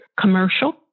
commercial